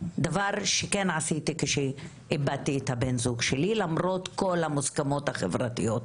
דבר שכן עשיתי כשאיבדתי את בן הזוג שלי למרות כל המוסכמות החברתיות.